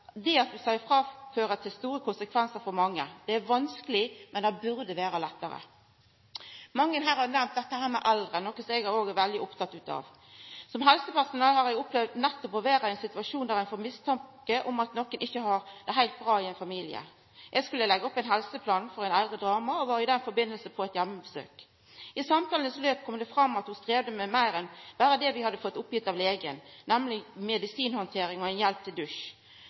det at du sa ifrå om, fører til store konsekvensar for mange? Det er vanskeleg, men det burde vore lettare. Mange her har nemnt eldre, noko som eg òg er veldig oppteken av. Som helsepersonell har eg opplevd nettopp å vera i ein situasjon der ein får mistanke om at nokon ikkje har det heilt bra i ein familie. Eg skulle leggja opp ein helseplan for ei eldre dame og var i den samanhengen på eit heimebesøk. I løpet av samtalen kom det fram at ho strevde med meir enn berre det vi hadde fått oppgitt av legen, nemleg medisinhandtering og hjelp til